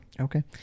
Okay